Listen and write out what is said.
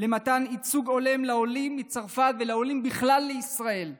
למתן ייצוג הולם לעולים מצרפת ולעולים לישראל בכלל.